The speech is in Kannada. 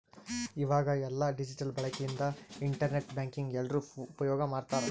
ಈವಾಗ ಎಲ್ಲ ಡಿಜಿಟಲ್ ಬಳಕೆ ಇಂದ ಇಂಟರ್ ನೆಟ್ ಬ್ಯಾಂಕಿಂಗ್ ಎಲ್ರೂ ಉಪ್ಯೋಗ್ ಮಾಡ್ತಾರ